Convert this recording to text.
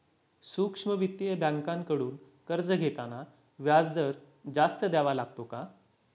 सूक्ष्म वित्तीय बँकांकडून कर्ज घेताना व्याजदर जास्त द्यावा लागतो का?